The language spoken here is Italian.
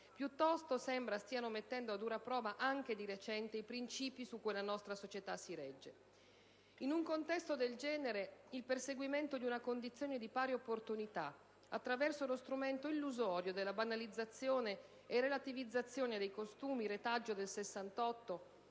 piuttosto sembra stiano mettendo a dura prova, anche di recente, i principi su cui la nostra società si regge. In un contesto del genere, il perseguimento di una condizione di pari opportunità attraverso lo strumento illusorio della banalizzazione e relativizzazione dei costumi, retaggio del